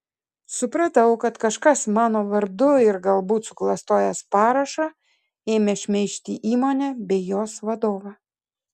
supratau kad kažkas mano vardu ir galbūt suklastojęs parašą ėmė šmeižti įmonę bei jos vadovą